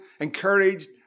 encouraged